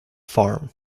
farm